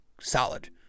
solid